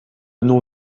nom